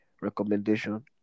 recommendation